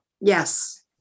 Yes